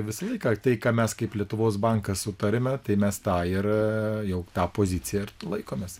visą laiką tai ką mes kaip lietuvos bankas sutariame tai mes tą ir jau tą poziciją ir laikomės